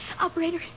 Operator